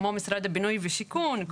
כמו משרד הבינוי והשיכון,